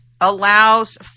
allows